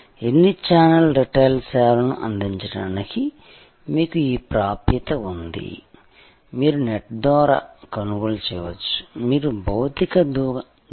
ఎన్ని channel retail సేవలను అందించడానికి మీకు ఈ ప్రాప్యత ఉంది మీరు నెట్ ద్వారా కొనుగోలు చేయవచ్చు మీరు భౌతిక దుకాణానికి వెళ్లవచ్చు